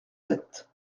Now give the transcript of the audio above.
sept